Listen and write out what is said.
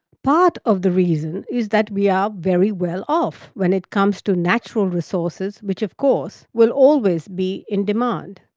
part of the reason is that we are very well off when it comes to natural resources, which, of course, will always be in demand.